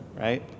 Right